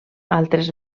altres